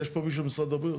יש פה מישהו ממשרד הבריאות?